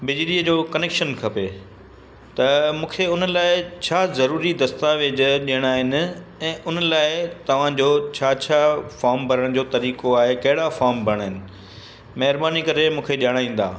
बिजलीअ जो कनेक्शन खपे त मूंखे हुन लाइ छा ज़रूरी दस्तावेज़ ॾियणा आहिनि ऐं हुन लाइ तव्हांजो छा छा फॉम भरण जो तरीक़ो आहे कहिड़ा फॉम भरिणा आहिनि महिरबानी करे मूंखे ॼाणाईंदा